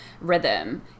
rhythm